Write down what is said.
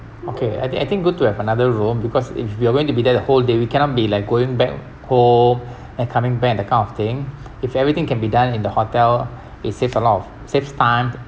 okay I think I think good to have another room because if we are going to be there the whole day we cannot be like going back home and coming back that kind of thing if everything can be done in the hotel it saves a lot of saves time